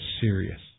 serious